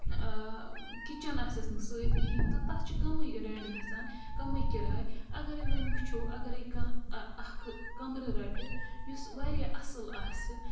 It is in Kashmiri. کِچَن آسٮ۪س نہٕ سۭتۍ کِہیٖنۍ تہٕ تَتھ چھِ کَمٕے رٮ۪نٛٹ گژھان کَمٕے کِراے اَگَرَے وۄنۍ وٕچھو اَگَرے کانٛہہ اَکھ کَمرٕ رَٹہِ یُس واریاہ اَصٕل آسہِ